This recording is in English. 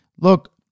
Look